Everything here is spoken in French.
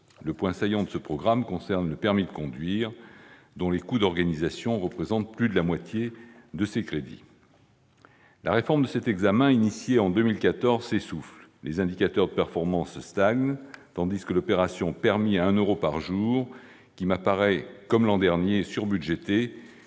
Le point saillant de ce programme est le permis de conduire, dont les coûts d'organisation représentent plus de la moitié des crédits. La réforme de cet examen, engagée en 2014, s'essouffle : les indicateurs de performance stagnent, tandis que l'opération « permis à un euro par jour », qui m'apparaît, comme l'an dernier, trop budgétée,